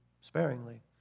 sparingly